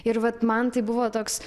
ir vat man tai buvo toks